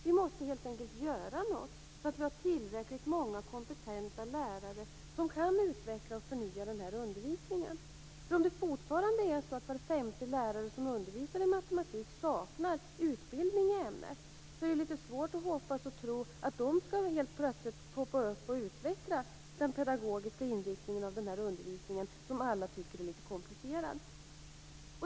Vi måste helt enkelt göra något, så att det finns tillräckligt många kompetenta lärare som kan utveckla och förnya undervisningen. Om det fortfarande är så att var femte lärare som undervisar i matematik saknar utbildning i ämnet, är det ju litet svårt att hoppas och tro att de helt plötsligt skall poppa upp och utveckla den pedagogiska inriktningen av den där undervisningen som alla tycker är litet komplicerad.